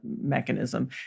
mechanism